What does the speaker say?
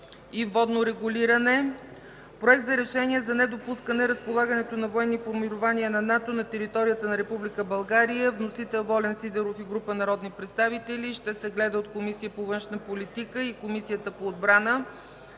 водно регулиране. - Проект за решение за недопускане разполагането на военни формирования на НАТО на територията на Република България. Вносители – Волен Сидеров и група народни представители. Ще се гледа от Комисията по външна политика и Комисията по отбрана.